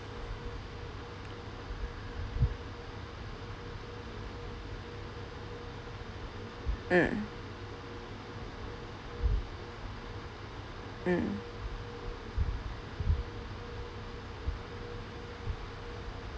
mm mm